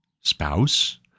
spouse